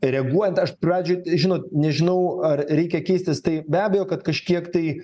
tai reaguojant aš pradžioj žinot nežinau ar reikia keistis tai be abejo kad kažkiek tai